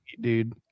dude